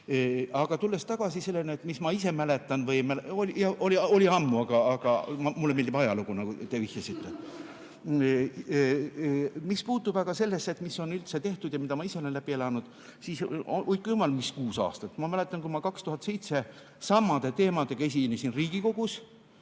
Aga tulles tagasi selle juurde, mida ma ise mäletan ... Jah, oli ammu, aga mulle meeldib ajalugu, nagu te vihjasite. Mis puutub aga sellesse, mis on üldse tehtud ja mida ma ise olen läbi elanud, siis, hoidku jumal, mis kuus aastat – ma mäletan, kui ma 2007 samade teemadega esinesin Riigikogus